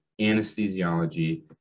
anesthesiology